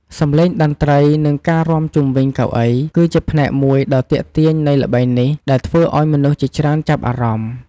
សំឡេងតន្ត្រី និងការរាំជុំវិញកៅអី គឺជាផ្នែកមួយដ៏ទាក់ទាញនៃល្បែងនេះ ដែលធ្វើឱ្យមនុស្សជាច្រើនចាប់អារម្មណ៍។